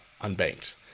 Unbanked